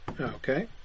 Okay